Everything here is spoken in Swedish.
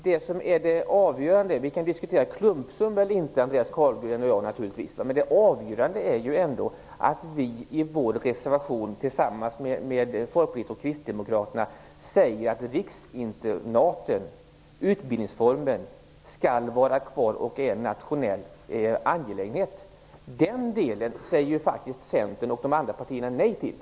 Fru talman! Vi kan naturligtvis diskutera klumpsummor eller inte, Andreas Carlgren och jag, men det avgörande är ändå att vi i vår reservation tillsammans med Folkpartiet och kristdemokraterna säger att utbildningsformen riksinternat skall vara kvar och är en nationell angelägenhet. Den delen säger ju faktiskt Centern och de andra partierna nej till.